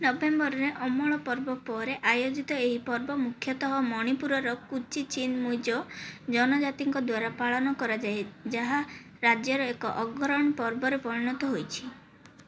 ନଭେମ୍ବରରେ ଅମଳ ପର୍ବ ପରେ ଆୟୋଜିତ ଏହି ପର୍ବ ମୁଖ୍ୟତଃ ମଣିପୁରର କୁକି ଚିନ୍ ମିଜୋ ଜନଜାତିଙ୍କ ଦ୍ୱାରା ପାଳନ କରାଯାଏ ଯାହା ରାଜ୍ୟର ଏକ ଅଗ୍ରଣୀ ପର୍ବରେ ପରିଣତ ହୋଇଛି